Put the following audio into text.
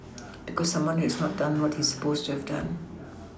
because someone has not done what he is supposed to have done